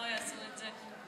לא יעשו את זה?